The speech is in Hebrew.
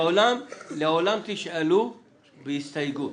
לעולם תשאלו בהסתייגות,